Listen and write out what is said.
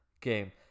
game